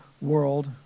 world